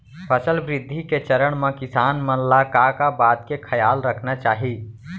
फसल वृद्धि के चरण म किसान मन ला का का बात के खयाल रखना चाही?